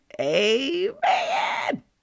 amen